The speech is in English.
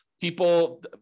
people